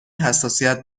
حساسیت